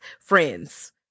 Friends